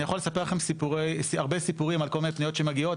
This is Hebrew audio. אני יכול לספר לכם הרבה סיפורים על כל מיני פניות שמגיעות,